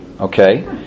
Okay